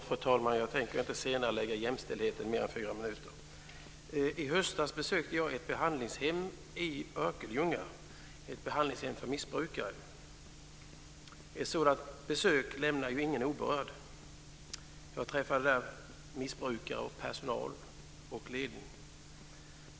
Fru talman! I höstas besökte jag ett behandlingshem i Örkelljunga, ett behandlingshem för missbrukare. Ett sådant besök lämnar ju ingen oberörd. Jag träffade där missbrukare, personal och ledning.